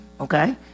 okay